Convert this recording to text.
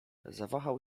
zawahał